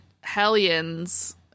hellions